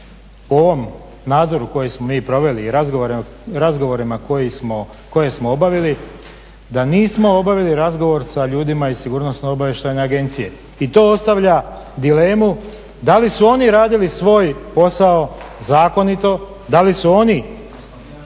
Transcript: u ovom nadzoru koji smo mi proveli i razgovorima koje smo obavili da nismo obavili razgovor sa ljudima iz Sigurnosno-obavještajne agencije i to ostavlja dilemu da li su oni radili svoj posao zakonito, da li su oni